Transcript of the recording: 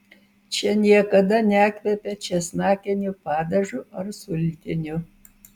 čia niekada nekvepia česnakiniu padažu ar sultiniu